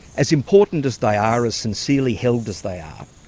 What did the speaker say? as important as they are, as sincerely held as they are,